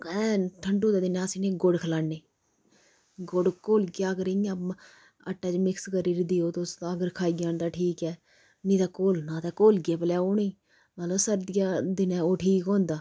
ठंडू दे दिनें असें इनें गी गुड़ खलाने गुड़ घोलियै अगर इ'यां आटे च मिक्स करियै देओ तुस अगर खाई जान ते ठीक ऐ नि तै घोलना ते घोलियै पलैओ उनेंगी मतलब सर्दियां दिनें ओह् ठीक होंदा